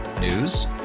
News